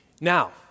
Now